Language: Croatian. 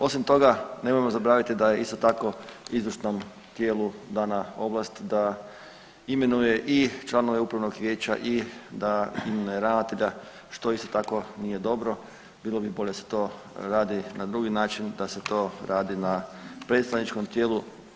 Osim toga, nemojmo zaboraviti da je isto tako izvršnom dijelu dana ovlast da imenuje i članove upravnog vijeća i da imenuje ravnatelja, što isto tako nije dobro, bilo bi bolje da se to radi na drugi način, da se to radi na predstavničkom tijelu.